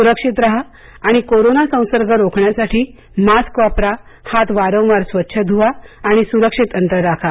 सुरक्षित राहा आणि कोरोना संसर्ग रोखण्यासाठी मास्क वापरा हात वारंवार स्वच्छ ध्वा आणि सुरक्षित अंतर राखा